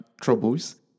troubles